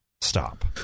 stop